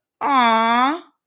aw